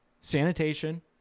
sanitation